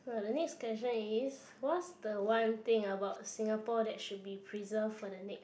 for the next question is what's the one thing about Singapore that should be preserved for the next